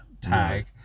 tag